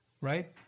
right